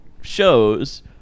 shows